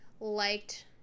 liked –